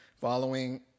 following